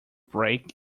break